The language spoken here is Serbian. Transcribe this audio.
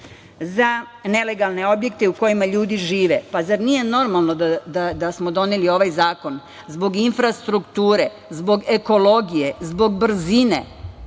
za nelegalne objekte u kojima ljudi žive. Pa, zar nije normalno da smo doneli ovaj zakon, zbog infrastrukture, zbog ekologije, zbog brzine? Ako